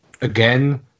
again